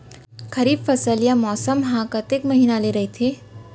खरीफ फसल या मौसम हा कतेक महिना ले रहिथे?